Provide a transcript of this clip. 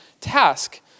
task